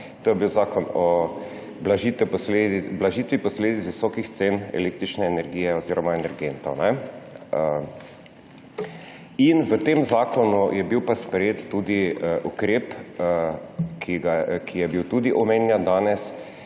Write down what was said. to je bil zakon o blažitvi posledic visokih cen električne energije oziroma energentov. V tem zakonu je bil sprejet ukrep, omenjen je bil tudi danes,